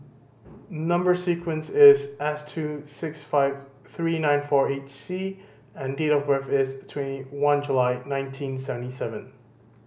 number sequence is S two six five three nine four eight C and date of birth is twenty one July nineteen seventy seven